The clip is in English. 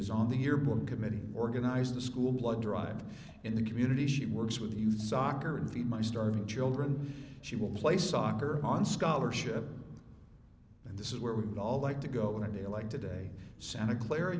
is on the yearbook committee organized the school blood drive in the community she works with the youth soccer in the my starving children she will play soccer on scholarship this is where we would all like to go on a day like today santa clara